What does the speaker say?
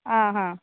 आं हां